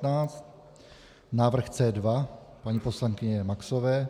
Bod 15 návrh C2 paní poslankyně Maxové